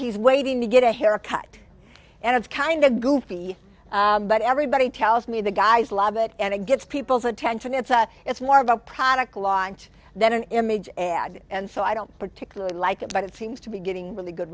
he's waiting to get a haircut and it's kind of goofy but everybody tells me the guys love it and it gets people's attention it's a it's more of a product launch than an image ad and so i don't particularly like it but it seems to be getting really good